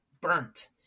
burnt